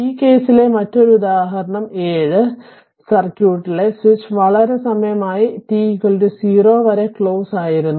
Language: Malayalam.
ഈ കേസിലെ മറ്റൊരു ഉദാഹരണം ഉദാഹരണം 7 സർക്യൂട്ടിലെ സ്വിച്ച് വളരെ സമയം ആയി t 0 വരെ ക്ലോസ്ഡ് ആയിരുന്നു